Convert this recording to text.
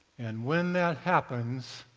and when that happens,